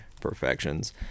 perfections